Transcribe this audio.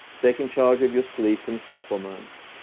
taking charge of your sleep and supplements,